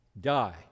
die